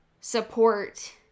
support